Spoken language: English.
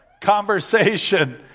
conversation